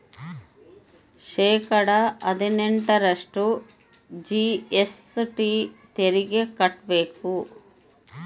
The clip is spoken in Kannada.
ಶೇಕಡಾ ಹದಿನೆಂಟರಷ್ಟು ಜಿ.ಎಸ್.ಟಿ ತೆರಿಗೆ ಕಟ್ಟ್ಬೇಕು